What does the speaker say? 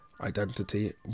identity